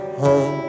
home